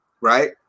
right